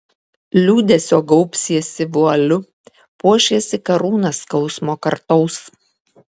liūdesio gaubsiesi vualiu puošiesi karūna skausmo kartaus